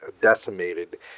decimated